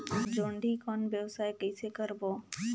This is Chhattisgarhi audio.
जोणी कौन व्यवसाय कइसे करबो?